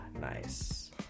nice